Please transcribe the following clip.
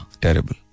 terrible